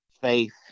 faith